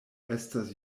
estas